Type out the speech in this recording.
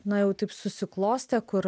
na jau taip susiklostė kur